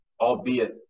albeit